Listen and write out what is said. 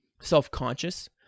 self-conscious